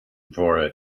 for